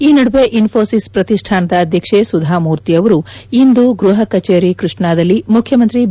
ಈ ನಡುವೆ ಇನ್ಪೋಸಿಸ್ ಪ್ರತಿಷ್ಠಾನದ ಅಧ್ಯಕ್ಷೆ ಸುಧಾ ಮೂರ್ತಿ ಅವರು ಇಂದು ಗೃಹ ಕಚೇರಿ ಕೃಷ್ಣಾದಲ್ಲಿ ಮುಖ್ಯಮಂತ್ರಿ ಬಿ